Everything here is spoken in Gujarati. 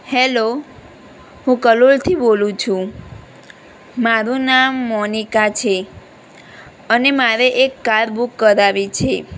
હેલો હું કલોલથી બોલું છું મારું નામ મોનિકા છે અને મારે એક કાર બુક કરાવવી છે